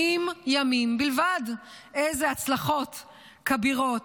70 ימים בלבד, איזה הצלחות כבירות.